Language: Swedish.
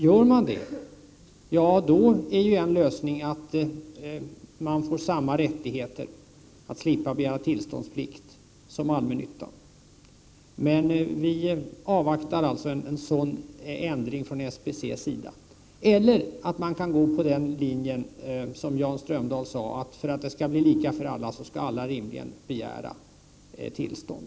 Gör man det är en lösning att SBC får samma rättigheter, dvs. slipper begära tillstånd, som allmännyttan. Men vi avvaktar en sådan ändring från SBC:s sida. Eller också kan man följa den linje som Jan Strömdahl angav: För att det skall bli lika för alla skall alla rimligen begära tillstånd.